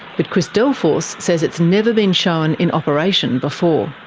but chris delforce says it's never been shown in operation before.